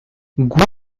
gure